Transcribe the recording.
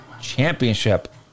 championship